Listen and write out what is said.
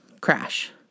crash